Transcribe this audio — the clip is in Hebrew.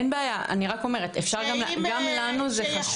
אין בעיה, אני רק אומרת שגם לנו זה חשוב.